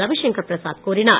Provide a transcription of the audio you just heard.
ரவிஷங்கர் பிரசாத் கூறினார்